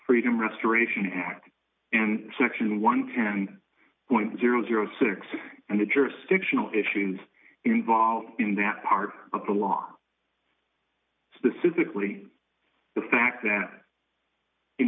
freedom restoration act and section one hundred and ten point zero zero six and the jurisdictional issues involved in that part of the law specifically the fact that in